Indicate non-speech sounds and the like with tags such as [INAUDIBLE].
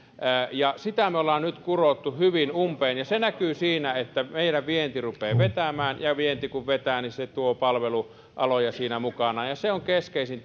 sitä me olemme nyt kuroneet hyvin umpeen ja se näkyy siinä että meidän vientimme rupeaa vetämään ja vienti kun vetää niin se tuo palvelualoja siinä mukana se on keskeisin [UNINTELLIGIBLE]